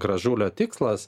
gražulio tikslas